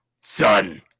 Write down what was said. Son